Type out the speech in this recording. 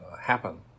happen